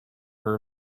her